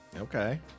okay